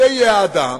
זה יהיה האדם,